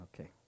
Okay